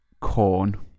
corn